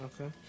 Okay